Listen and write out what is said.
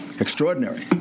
extraordinary